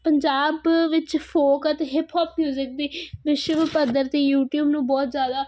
ਪੰਜਾਬ ਵਿੱਚ ਫੋਕ ਅਤੇ hip hop music ਵੀ ਵਿਸ਼ਵ ਪੱਧਰ 'ਤੇ ਯੂਟੀਊਬ ਨੂੰ ਬਹੁਤ ਜ਼ਿਆਦਾ